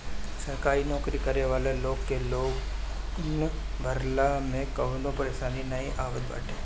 सरकारी नोकरी करे वाला लोग के लोन भरला में कवनो परेशानी नाइ आवत बाटे